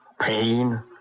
pain